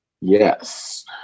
yes